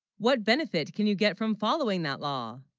what benefit can, you get from following that law